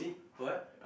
what